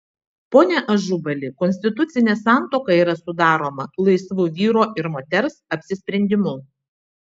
pone ažubali konstitucinė santuoka yra sudaroma laisvu vyro ir moters apsisprendimu